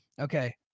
Okay